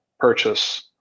purchase